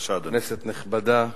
כנסת נכבדה,